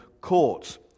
courts